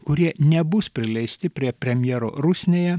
kurie nebus prileisti prie premjero rusnėje